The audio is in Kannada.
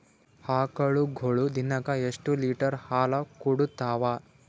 ಆಕಳುಗೊಳು ದಿನಕ್ಕ ಎಷ್ಟ ಲೀಟರ್ ಹಾಲ ಕುಡತಾವ?